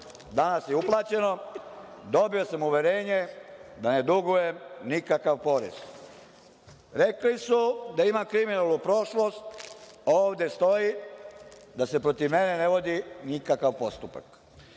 Danas je uplaćeno. Dobio sam uverenje da ne dugujem nikakav porez. Rekli su da imam kriminalnu prošlost, a ovde stoji da se protiv mene ne vodi nikakav postupak.